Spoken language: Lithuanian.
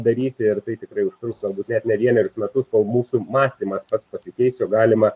daryti ir tai tikrai užtruks galbūt net ne vienerius metus kol mūsų mąstymas pats pasikeis jog galima